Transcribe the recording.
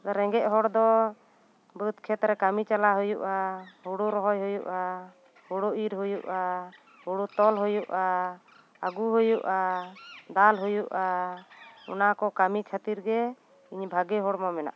ᱨᱮᱸᱜᱮᱡ ᱦᱚᱲ ᱫᱚ ᱵᱟᱹᱫᱽ ᱠᱷᱮᱛ ᱨᱮ ᱠᱟᱹᱢᱤ ᱪᱟᱞᱟᱜ ᱦᱩᱭᱩᱜᱼᱟ ᱦᱳᱲᱳ ᱨᱚᱦᱚᱭ ᱦᱩᱭᱜᱼᱟ ᱦᱳᱲᱳ ᱤᱨ ᱦᱩᱭᱩᱜᱼᱟ ᱦᱳᱲᱳ ᱛᱚᱞ ᱦᱩᱭᱩᱜᱼᱟ ᱟᱹᱜᱩ ᱦᱩᱭᱩᱜᱼᱟ ᱫᱟᱞ ᱦᱩᱭᱩᱜᱼᱟ ᱚᱱᱟ ᱠᱚ ᱠᱟᱹᱢᱤ ᱠᱷᱟᱹᱛᱤᱨ ᱜᱮ ᱤᱧ ᱵᱷᱟᱹᱜᱤ ᱦᱚᱲᱢᱚ ᱢᱮᱱᱟᱜ ᱛᱤᱧᱟᱹ